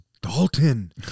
Dalton